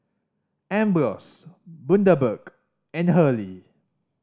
Ambros Bundaberg and Hurley